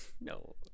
No